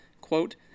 quote